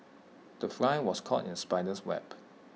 the fly was caught in spider's web